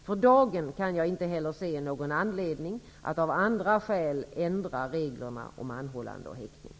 För dagen kan jag inte heller se någon anledning att av andra skäl ändra reglerna om anhållande och häktning.